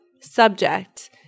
subject